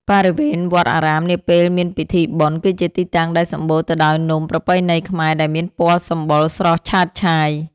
បរិវេណវត្តអារាមនាពេលមានពិធីបុណ្យ គឺជាទីតាំងដែលសម្បូរទៅដោយនំប្រពៃណីខ្មែរដែលមានពណ៌សម្បុរស្រស់ឆើតឆាយ។